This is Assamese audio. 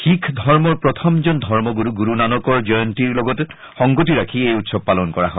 শিখ ধৰ্মৰ প্ৰথমজন ধৰ্মগুৰু গুৰু নানকৰ জয়ন্তীৰ লগত সংগতি ৰাখি এই উৎসৱ পালন কৰা হয়